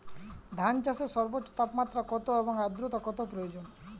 ধান চাষে সর্বোচ্চ তাপমাত্রা কত এবং আর্দ্রতা কত প্রয়োজন?